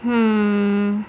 hmm